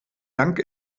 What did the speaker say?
dank